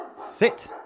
sit